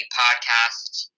podcasts